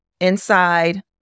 inside